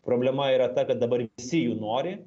problema yra ta kad dabar visi jų nori